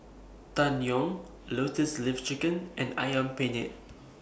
Tang Yuen Lotus Leaf Chicken and Ayam Penyet